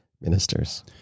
ministers